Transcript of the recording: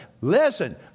listen